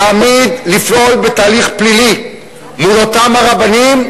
להעמיד, לפעול בתהליך פלילי מול אותם הרבנים,